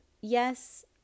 Yes